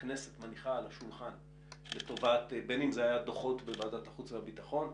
השולחן הכנסת בין אם זה היה דוחות בוועדת החוץ והביטחון,